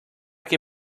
que